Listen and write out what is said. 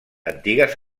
antigues